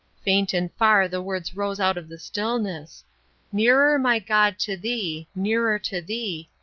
faint and far the words rose out of the stillness nearer, my god, to thee, nearer to thee,